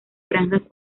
franjas